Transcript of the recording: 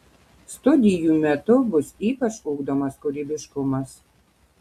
studijų metu bus ypač ugdomas kūrybiškumas